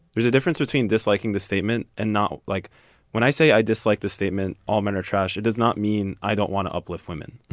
there's a difference between disliking the statement and not like when i say i dislike this statement. all men are trash. it does not mean i don't want to uplift women.